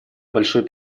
большой